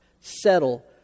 Settle